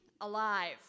alive